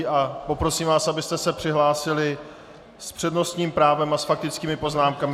A poprosím vás, abyste se přihlásili s přednostním právem a s faktickými poznámkami.